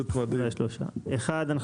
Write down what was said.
אחד,